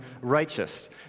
righteous